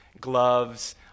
gloves